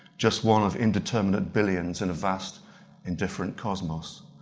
just one of indeterminate billions in a vast indifferent cosmos.